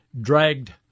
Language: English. dragged